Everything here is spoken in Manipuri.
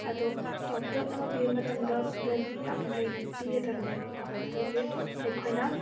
ꯑꯗꯣ ꯄꯣꯠ ꯑꯃ ꯄꯤꯕ ꯃꯇꯝꯗ ꯚꯦꯂꯨ ꯌꯥꯝꯅ ꯂꯩꯅ ꯄꯤꯒꯗꯕꯅꯦꯕꯀꯣ ꯑꯗꯨꯒꯤ ꯑꯩꯈꯣꯏꯅ